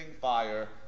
fire